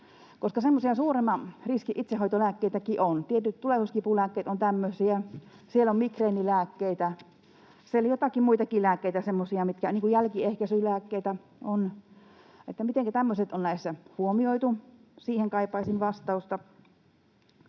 Koska semmoisia suuremman riskin itsehoitolääkkeitäkin on: tietyt tulehduskipulääkkeet ovat tämmöisiä, siellä on migreenilääkkeitä, siellä on joitakin muitakin semmoisia lääkkeitä, niin kuin jälkiehkäisylääkkeet. Mitenkä tämmöiset on näissä huomioitu, siihen kaipaisin vastausta.